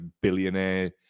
billionaire